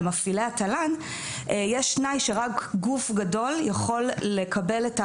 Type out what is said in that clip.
למפעילי התל"ן יש תנאי שרק גוף גדול יכול לקבל את העבודה.